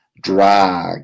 drag